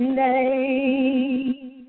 name